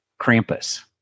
Krampus